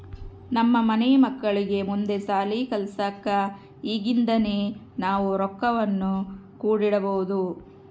ನಮ್ಮ ಮನೆ ಮಕ್ಕಳಿಗೆ ಮುಂದೆ ಶಾಲಿ ಕಲ್ಸಕ ಈಗಿಂದನೇ ನಾವು ರೊಕ್ವನ್ನು ಕೂಡಿಡಬೋದು